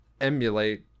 emulate